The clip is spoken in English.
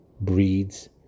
breeds